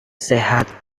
sehat